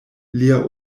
lia